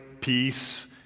peace